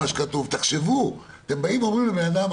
אני מסכים לגמרי.